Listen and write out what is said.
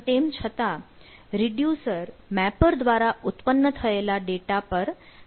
તેમ છતાં reducer mapper દ્વારા ઉત્પન્ન થયેલા ડેટા પર કામ કરે છે